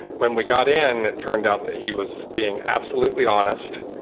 when we got in, it turned out that he was being absolutely honest,